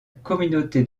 communauté